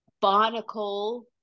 barnacle